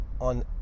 on